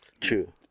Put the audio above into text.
True